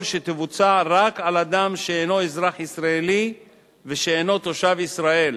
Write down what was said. יכול שתבוצע רק על אדם שאינו אזרח ישראלי ואינו תושב ישראל,